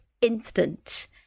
instant